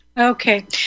Okay